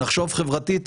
נחשוב חברתית.